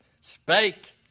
spake